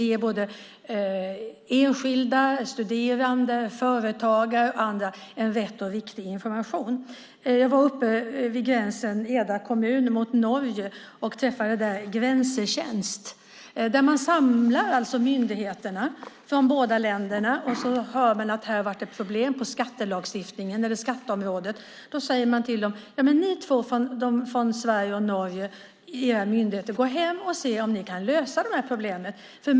Enskilda, studerande, företagare och andra ska få en korrekt och riktig information. Jag var vid gränsen mot Norge i Eda kommun och träffade där representanter för Grensetjänsten. Man samlar myndigheterna från båda länderna. Vid till exempel ett problem i skattelagstiftningen eller på skatteområdet säger man till representanter från myndigheter i Sverige och Norge att lösa problemet.